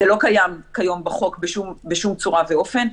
זה לא קיים כיום בחוק בשום צורה ואופן.